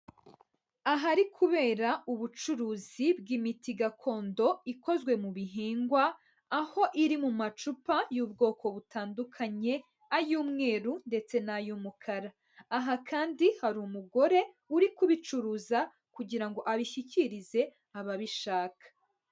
Ahari kubera ubucuruzi bw'imiti gakondo ikozwe mu bihingwa, aho iri mu macupa y'ubwoko butandukanye, ay'umweru ndetse n'ay'umukara, aha kandi hari umugore uri kubicuruza kugira ngo abishyikirize ababishaka.